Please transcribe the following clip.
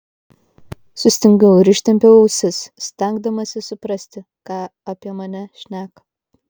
sustingau ir ištempiau ausis stengdamasis suprasti ką apie mane šneka